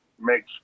makes